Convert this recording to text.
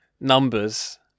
numbers